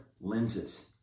lenses